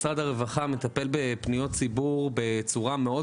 משרד הרווחה מטפל בפניות ציבור בצורה מאוד